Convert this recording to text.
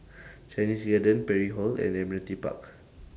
Chinese Garden Parry Hall and Admiralty Park